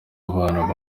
abana